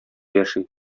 яши